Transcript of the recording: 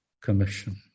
commission